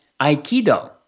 Aikido